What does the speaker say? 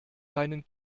deinen